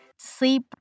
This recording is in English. sleep